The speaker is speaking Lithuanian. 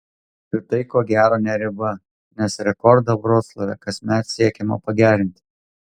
ir tai ko gero ne riba nes rekordą vroclave kasmet siekiama pagerinti